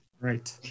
Right